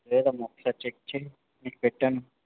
లేదమ్మా ఒకసారి చెక్ చేయి నీకు పెట్టాను